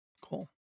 Cool